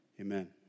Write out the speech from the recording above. amen